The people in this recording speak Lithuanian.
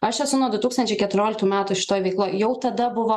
aš esu nuo du tūkstančiai keturioliktų metų šitoj veikloj jau tada buvo